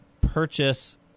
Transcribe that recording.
purchase